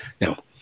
Now